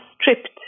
stripped